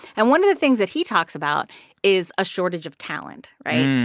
and one of the things that he talks about is a shortage of talent right?